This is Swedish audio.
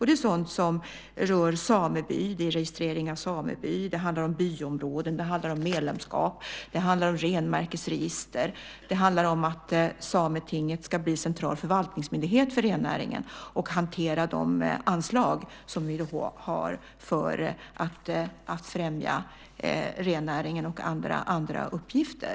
Det är sådant som rör registrering av sameby, byområden, medlemskap, renmärkesregister, och att Sametinget ska bli central förvaltningsmyndighet för rennäringen och hantera de anslag som vi har för att främja rennäringen och andra uppgifter.